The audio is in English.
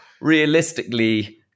realistically